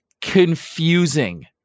confusing